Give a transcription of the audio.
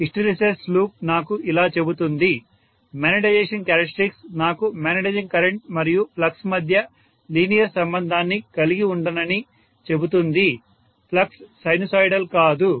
hysteresis loop నాకు ఇలా చెబుతుంది మ్యాగ్నెటైజేషన్ క్యారెక్టర్స్టిక్స్ నాకు మాగ్నెటైజింగ్ కరెంట్ మరియు ఫ్లక్స్ మధ్య లీనియర్ సంబంధాన్ని కలిగి ఉండనని చెబుతుంది ఫ్లక్స్ సైనుసోయిడల్ కాదు